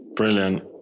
Brilliant